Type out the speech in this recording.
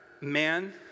man